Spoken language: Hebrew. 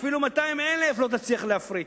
אפילו 200,000 לא תצליח להפריט.